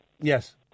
Yes